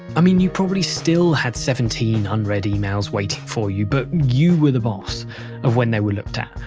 i mean, you probably still had seventeen unread emails waiting for you, but you were the boss of when they were looked at,